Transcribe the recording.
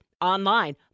online